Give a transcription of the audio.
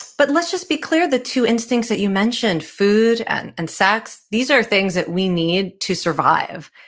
but let's just be clear the two instincts that you mentioned. food and and sex. these are things that we need to survive.